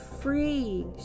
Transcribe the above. free